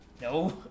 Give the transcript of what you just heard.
No